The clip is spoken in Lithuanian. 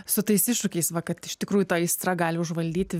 su tais iššūkiais va kad iš tikrųjų ta aistra gali užvaldyti